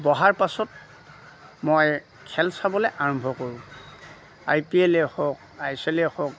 বহাৰ পাছত মই খেল চাবলে আৰম্ভ কৰোঁ আই পি এলেই হওক আই চি এলেই হওক